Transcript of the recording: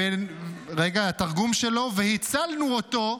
התרגום שלו: והצלנו אותו,